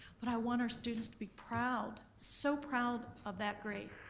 but i want our students to be proud, so proud of that grade.